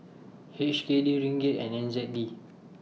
H K D Ringgit and N Z D